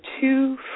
two